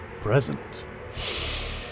present